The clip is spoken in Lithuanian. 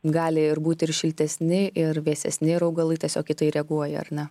gali ir būt ir šiltesni ir vėsesni ir augalai tiesiog į tai reaguoja ar ne